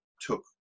took